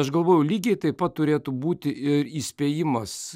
aš galvojau lygiai taip pat turėtų būti ir įspėjimas